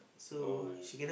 oh